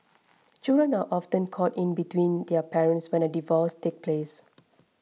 children are often caught in between their parents when a divorce takes place